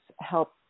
help